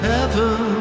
Heaven